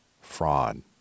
fraud